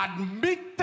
admitted